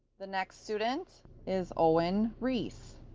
the next student is owen ries,